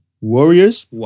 warriors